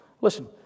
Listen